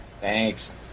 Thanks